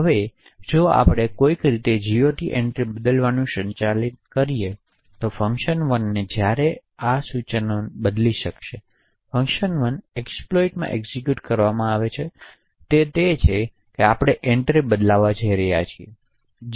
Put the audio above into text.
હવે જો આપણે કોઈક રીતે GOT એન્ટ્રી બદલવાનું સંચાલિત કરીશું તો fun1ને જ્યારે સૂચનોને બદલી શકશે fun1 એક્સપ્લોઈટમાં એક્ઝેક્યુટ કરવામાં આવે છે તે તે છે કે આપણે એન્ટ્રી બદલવા જઈ રહ્યા છીએ